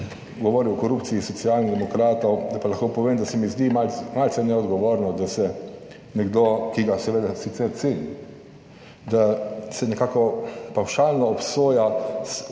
govoril o korupciji Socialnih demokratov pa lahko povem, da se mi zdi malce neodgovorno, da se nekdo, ki ga seveda sicer cenim, da se nekako pavšalno obsoja stranko.